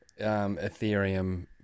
ethereum